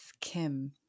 Kim